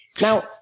Now